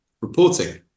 reporting